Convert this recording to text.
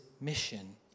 mission